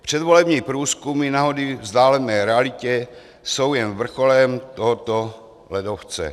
Předvolební průzkumy na hony vzdálené realitě jsou jen vrcholem tohoto ledovce.